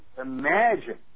imagine